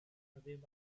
ddydd